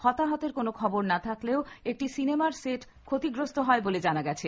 হতাহতের কোন খবর না থাকলেও একটি সিনেমার সেট ক্ষতিগ্রস্ত হয় বলে জানা গেছে